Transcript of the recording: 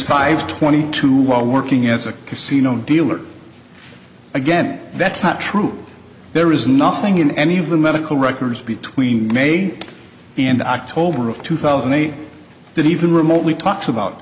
five twenty two while working as a casino dealer again that's not true there is nothing in any of the medical records between may and october of two thousand and eight that even remotely talks about